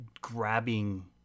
grabbing